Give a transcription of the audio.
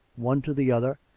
one to the other,